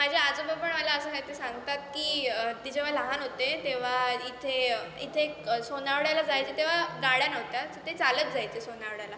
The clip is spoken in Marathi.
माझे आजोबा पण मला असं काहीतरी सांगतात की ते जेव्हा लहान होते तेव्हा इथे इथे एक सोनावड्याला जायचे तेव्हा गाड्या नव्हत्याच ते चालत जायचे सोनावड्याला